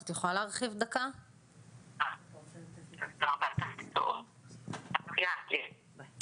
אני יכולה להגיד לך שבאופן כללי כן נעשית חשיבה לגבי